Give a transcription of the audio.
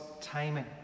timing